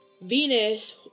Venus